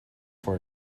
for